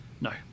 No